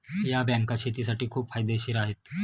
या बँका शेतीसाठी खूप फायदेशीर आहेत